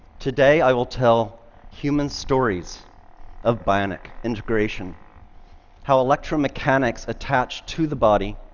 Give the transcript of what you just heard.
today, i will tell human stories of bionic integration how electromechanics attached to the body,